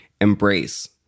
embrace